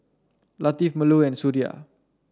Latif Melur and Suria